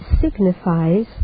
signifies